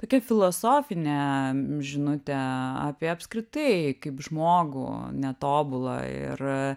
tokia filosofinė žinutė apie apskritai kaip žmogų netobulą ir